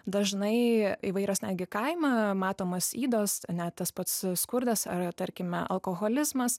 dažnai įvairios negi kaime matomos ydos ane tas pats skurdas ar tarkime alkoholizmas